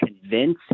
convince